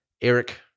Eric